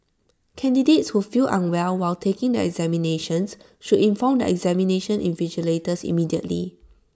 candidates who feel unwell while taking the examinations should inform the examination invigilators immediately